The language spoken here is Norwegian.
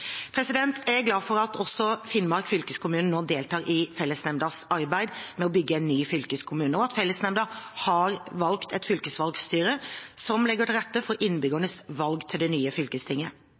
Jeg er glad for at også Finnmark fylkeskommune nå deltar i fellesnemndas arbeid med å bygge en ny fylkeskommune, og at fellesnemnda har valgt et fylkesvalgstyre som legger til rette for innbyggernes valg av det nye fylkestinget.